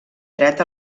dret